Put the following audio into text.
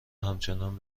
همچنان